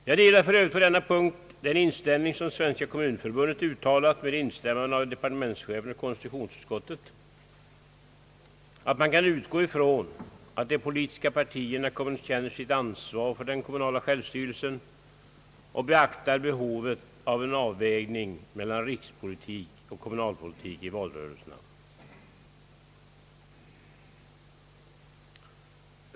Jag delar för övrigt på denna punkt den inställning som Svenska kommunförbundet uttalat med instämmande av departementschefen och konstitutionsutskottet att man kan utgå från att de politiska partierna känner sitt ansvar för den kommunala självstyrelsen och beaktar behovet av en avvägning mellan rikspolitik och kommunalpolitik i valrörelserna.